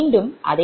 2084 0